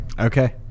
okay